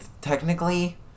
technically